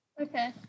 Okay